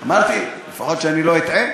אמרתי, לפחות שאני לא אטעה.